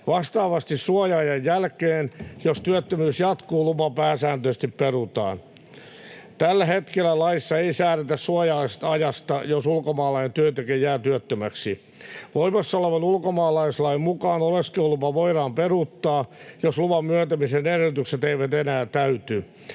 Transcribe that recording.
jatkuu suoja-ajan jälkeen, lupa pääsääntöisesti perutaan. Tällä hetkellä laissa ei säädetä suoja-ajasta, jos ulkomaalainen työntekijä jää työttömäksi. Voimassa olevan ulkomaalaislain mukaan oleskelulupa voidaan peruuttaa, jos luvan myöntämisen edellytykset eivät enää täyty.